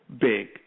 big